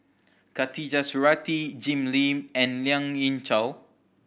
Khatijah Surattee Jim Lim and Lien Ying Chow